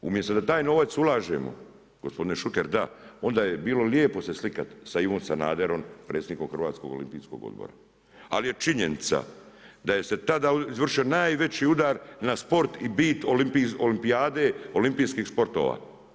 Umjesto da taj novac ulažemo gospodine Šuker da onda je bilo lijepo slikati sa Ivom Sanaderom predsjednikom Hrvatskog olimpijskog odbora, ali je činjenica da se tada izvršio najveći udar na sport i bit olimpijade olimpijskih sportova.